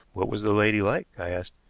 what was the lady like? i asked.